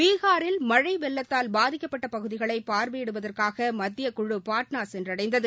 பீகாரில் மழை வெள்ளத்தால் பாதிக்கப்பட்ட பகுதிகளை பார்வையிடுவதற்காக மத்தியக்குழு பாட்னா சென்றடைந்தது